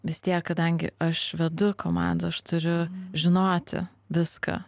vis tiek kadangi aš vedu komandą aš turiu žinoti viską